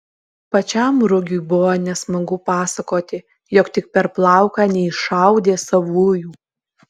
pačiam rugiui buvo nesmagu pasakoti jog tik per plauką neiššaudė savųjų